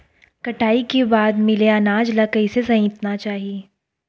कटाई के बाद मिले अनाज ला कइसे संइतना चाही?